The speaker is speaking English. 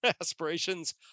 aspirations